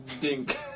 dink